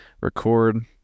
record